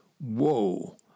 Whoa